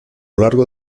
largo